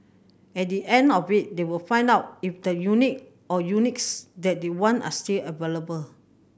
at the end of it they will find out if the unit or units that they want are still available